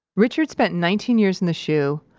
richard spent nineteen years in the shu,